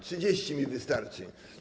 30 mi wystarczy.